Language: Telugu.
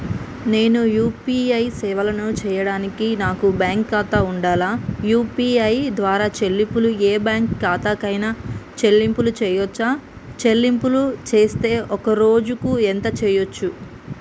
నేను యూ.పీ.ఐ సేవలను చేయడానికి నాకు బ్యాంక్ ఖాతా ఉండాలా? యూ.పీ.ఐ ద్వారా చెల్లింపులు ఏ బ్యాంక్ ఖాతా కైనా చెల్లింపులు చేయవచ్చా? చెల్లింపులు చేస్తే ఒక్క రోజుకు ఎంత చేయవచ్చు?